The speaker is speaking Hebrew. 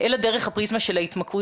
אלא דרך הפריזמה של ההתמכרויות,